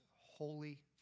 holy